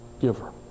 giver